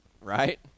right